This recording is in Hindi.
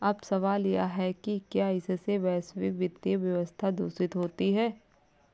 अब सवाल यह है कि क्या इससे वैश्विक वित्तीय व्यवस्था दूषित होती है